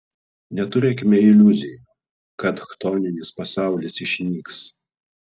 neturėkime iliuzijų kad chtoninis pasaulis išnyks